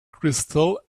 crystal